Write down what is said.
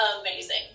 amazing